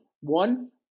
One